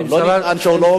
לא נטען שהוא לא עובד.